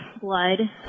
blood